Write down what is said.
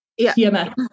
TMS